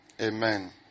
Amen